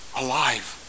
alive